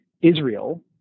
Israel